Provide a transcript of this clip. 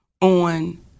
on